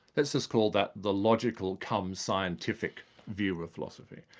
let's just call that the logical-cum-scientific view of philosophy.